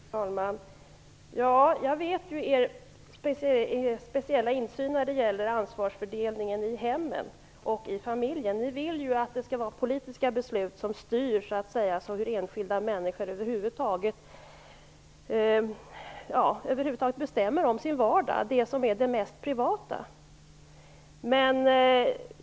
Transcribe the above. Fru talman! Jag känner till er speciella syn på ansvarsfördelningen i hemmet och i familjen. Ni vill att politiska beslut så att säga skall styra enskilda människors vardag, det mest privata.